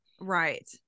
Right